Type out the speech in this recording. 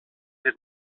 did